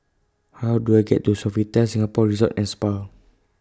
How Do I get to Sofitel Singapore Resort and Spa